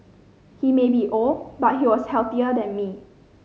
he may be old but he was healthier than me